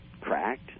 cracked